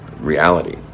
reality